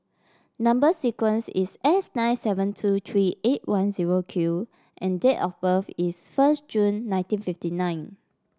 number sequence is S nine seven two three eight one zero Q and date of birth is first June nineteen fifty nine